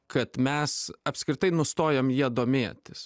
kad mes apskritai nustojom ja domėtis